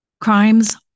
Crimes